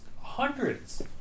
hundreds